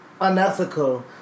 Unethical